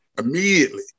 immediately